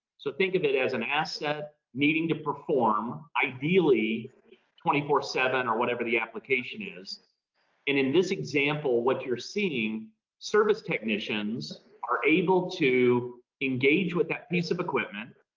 so think of it as an asset needing to perform ideally twenty four seven or whatever the application is. and in this example, what you're seeing service technicians are able to engage with that piece of equipment,